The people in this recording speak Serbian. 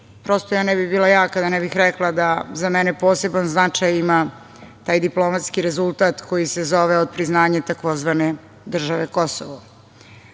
prosto ja ne bih bila ja kada ne bih rekla da za mene poseban značaj ima taj diplomatski rezultat koji se zove otpriznanje tzv. države Kosovo.